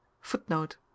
Footnote